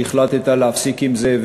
שהחלטת להפסיק עם זה,